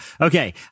okay